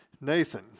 Nathan